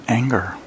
anger